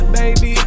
baby